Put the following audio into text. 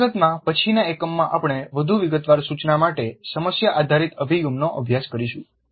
હકીકતમાં પછીના એકમમાં આપણે વધુ વિગતવાર સૂચના માટે સમસ્યા આધારિત અભિગમનો અભ્યાસ કરીશું